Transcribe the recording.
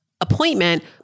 appointment